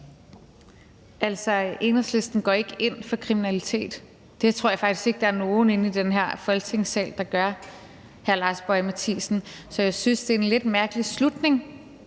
Enhedslisten går ikke ind for kriminalitet. Det tror jeg faktisk ikke der er nogen inde i den her Folketingssal der gør, hr. Lars Boje Mathiesen, så jeg synes, det er en lidt mærkelig slutning,